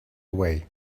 away